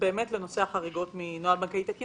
לנושא החריגות מנוהל בנקאי תקין.